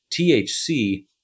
THC